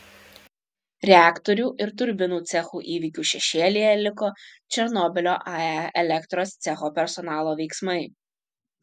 reaktorių ir turbinų cechų įvykių šešėlyje liko černobylio ae elektros cecho personalo veiksmai